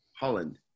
Holland